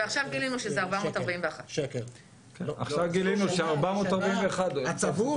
ועכשיו גילינו שזה 441. עכשיו גילינו ש-441 --- לסוף השנה.